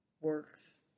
works